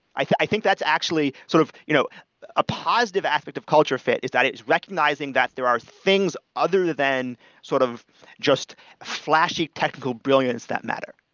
i think that's actually sort of you know a positive aspect of culture fit is that it's recognizing that there are things other than sort of just flashy technical brilliance that matter.